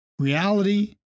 Reality